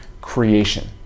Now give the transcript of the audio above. creation